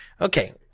okay